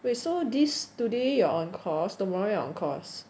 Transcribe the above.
wait so this today you are on course tomorrow you are on course